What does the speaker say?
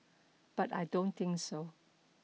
but I don't think so